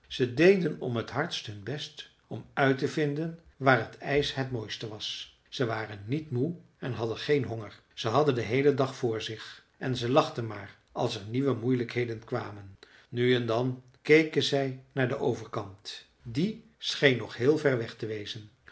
ze deden om t hardst hun best om uit te vinden waar het ijs het mooiste was ze waren niet moe en hadden geen honger ze hadden den heelen dag voor zich en ze lachten maar als er nieuwe moeilijkheden kwamen nu en dan keken zij naar den overkant die scheen nog heel ver te wezen